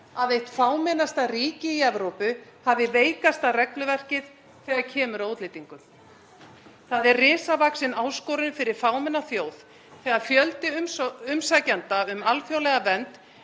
að eitt fámennasta ríki í Evrópu hafi veikasta regluverkið þegar kemur að útlendingum. Það er risavaxin áskorun fyrir fámenna þjóð þegar fjöldi umsækjenda um alþjóðlega vernd